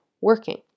working